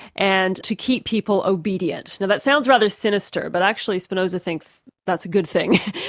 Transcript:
and to keep people obedient. now that sounds rather sinister, but actually spinoza thinks that's a good thing.